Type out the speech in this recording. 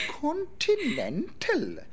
continental